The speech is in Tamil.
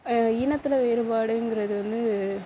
இனத்தில் வேறுபாடுங்கிறது வந்து